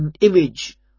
image